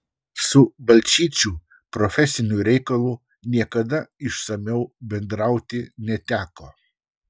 su balčyčiu profesiniu reikalu niekada išsamiau bendrauti neteko